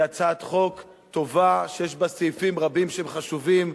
היא הצעת חוק טובה שיש בה סעיפים רבים שהם חשובים,